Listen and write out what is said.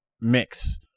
mix